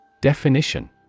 Definition